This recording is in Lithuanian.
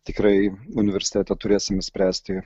tikrai universitete turėsime spręsti